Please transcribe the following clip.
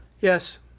Yes